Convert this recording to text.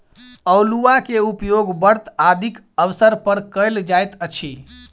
अउलुआ के उपयोग व्रत आदिक अवसर पर कयल जाइत अछि